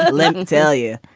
ah let me tell you.